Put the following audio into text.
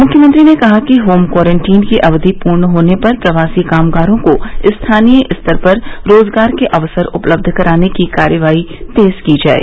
मुख्यमंत्री ने कहा कि होम क्वारेंटीन की अवधि पूर्ण होने पर प्रवासी कामगारों को स्थानीय स्तर पर रोजगार के अवसर उपलब्ध कराने की कार्रवाई तेज की जाये